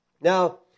Now